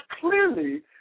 clearly